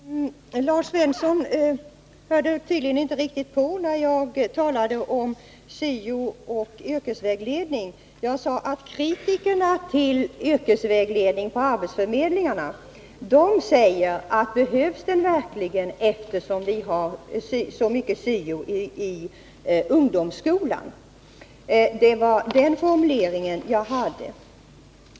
Herr talman! Lars Svensson hörde tydligen inte riktigt på vad jag sade när jag talade om syo och yrkesvägledning. Jag sade att de som kritiserar yrkesvägledning på arbetsförmedlingarna frågar om den verkligen behövs, eftersom det är så mycket syo i ungdomsskolan. Det var den formuleringen jag hade.